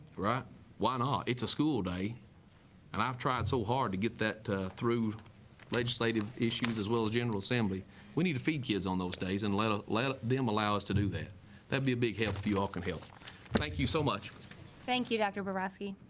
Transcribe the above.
right why not it's a school day and i've tried so hard to get that through legislative issues as well as general assembly we need to feed kids on those days and let ah let them allow us to do that that would be a big help you all can help thank you so much thank you dr. barosky